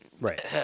Right